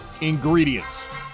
ingredients